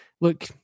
look